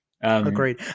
Agreed